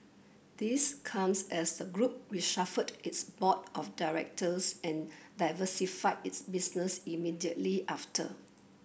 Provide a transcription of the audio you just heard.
this comes as a group reshuffled its board of directors and diversified its business immediately after